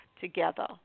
together